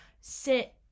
sit